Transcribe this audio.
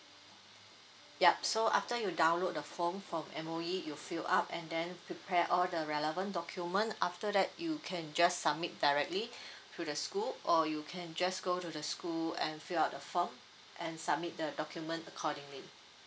yup so after you download the form from M_O_E you fill up and then prepare all the relevant document after that you can just submit directly to the school or you can just go to the school and fill up the form and submit the document accordingly